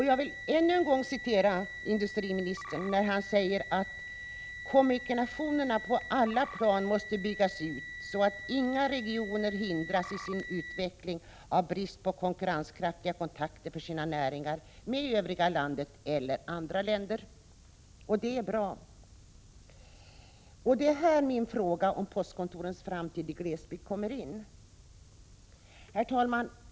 Jag vill ännu en gång åberopa ett uttalande av industriministern: ”Kommunikationerna på alla plan måste byggas ut, så att inga regioner hindras i sin utveckling av brist på konkurrenskraftiga kontakter för sina näringar med övriga landet eller andra länder.” Det är här min fråga om postkontorens framtid i glesbygd kommer in.